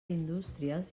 indústries